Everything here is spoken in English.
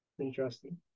Interesting